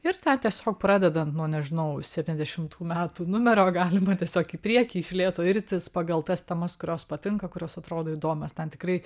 ir tą tiesiog pradedant nuo nežinau septyndešimtų metų numerio galima tiesiog į priekį iš lėto irtis pagal tas temas kurios patinka kurios atrodo įdomios ten tikrai